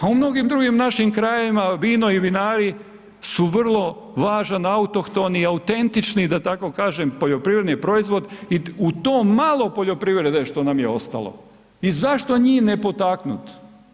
A u mnogih drugim našim krajevima vino i vinari su vrlo važan autohtoni autentični, da tako kažem poljoprivredni proizvod i u to malo poljoprivrede što nam je ostalo i zašto njih ne potaknuti.